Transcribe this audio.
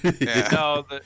No